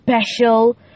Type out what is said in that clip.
special